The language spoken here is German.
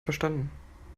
verstanden